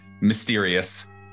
mysterious